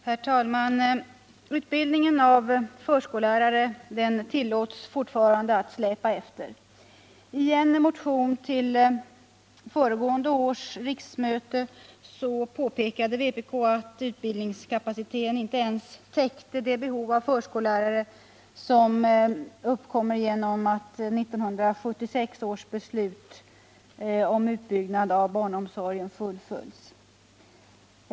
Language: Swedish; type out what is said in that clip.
Herr talman! Utbildningen av förskollärare tillåts fortfarande släpa efter. I en motion till föregående års riksmöte påpekade vpk att utbildningskapaciteten inte ens täckte det behov av förskollärare som uppkommer genom att 1976 års beslut om utbyggnad av barnomsorgen fullföljs.